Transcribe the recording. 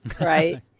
right